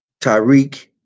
Tyreek